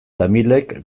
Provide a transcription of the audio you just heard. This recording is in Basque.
tamilek